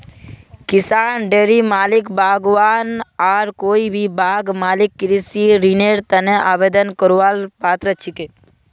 किसान, डेयरी मालिक, बागवान आर कोई भी बाग मालिक कृषि ऋनेर तने आवेदन करवार पात्र छिके